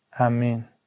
Amen